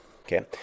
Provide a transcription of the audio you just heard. okay